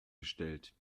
gestellt